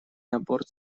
набор